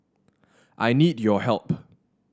I need your help